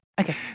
Okay